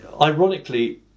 ironically